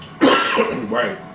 Right